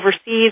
overseas